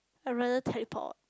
I rather teleport